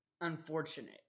unfortunate